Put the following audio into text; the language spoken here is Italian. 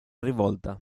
rivolta